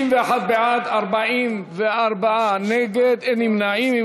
61 בעד, 44 נגד, אין נמנעים.